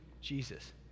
Jesus